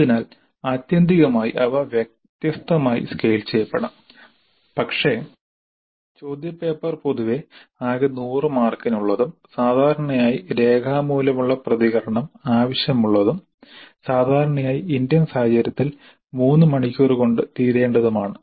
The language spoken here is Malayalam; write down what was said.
അതിനാൽ ആത്യന്തികമായി അവ വ്യത്യസ്തമായി സ്കെയിൽ ചെയ്യപ്പെടാം പക്ഷേ ചോദ്യപേപ്പർ പൊതുവെ ആകെ 100 മാർക്കിന് ഉള്ളതും സാധാരണയായി രേഖാമൂലമുള്ള പ്രതികരണം ആവശ്യമുള്ളതും സാധാരണയായി ഇന്ത്യൻ സാഹചര്യത്തിൽ 3 മണിക്കൂർ കൊണ്ട് തീരേണ്ടതുമാണ്